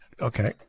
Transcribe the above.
Okay